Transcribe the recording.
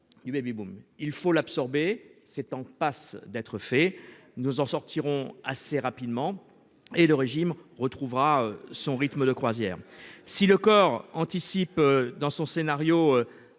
du baby-boom. Il faut l'absorber. C'est en passe d'être fait, nous en sortirons assez rapidement et le régime retrouvera son rythme de croisière. Si le corps anticipe dans son scénario.